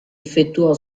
effettuò